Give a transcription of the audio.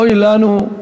אוי לנו,